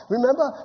Remember